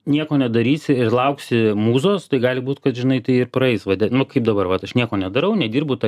nieko nedarysi ir lauksi mūzos tai gali būt kad žinai tai ir praeis vade nu kaip dabar vat aš nieko nedarau nedirbu ta